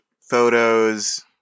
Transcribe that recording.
photos